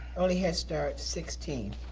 early head start, sixteen.